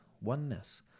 oneness